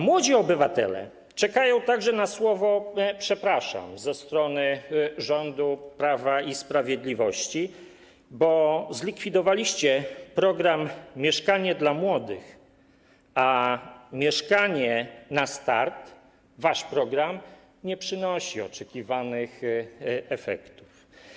Młodzi obywatele czekają także na słowo „przepraszam” ze strony rządu Prawa i Sprawiedliwości, bo zlikwidowaliście program „Mieszkanie dla młodych”, a „Mieszkanie na start”, wasz program, nie przynosi oczekiwanych efektów.